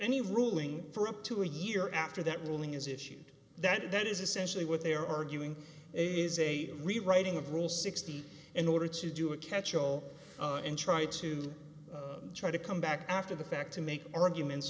any ruling for up to a year after that ruling is issued that is essentially what they're arguing is a rewriting of rule sixty in order to do a catch oh and try to try to come back after the fact to make arguments